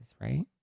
right